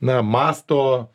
na mąsto